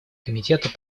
комитета